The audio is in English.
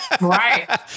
Right